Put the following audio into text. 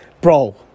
bro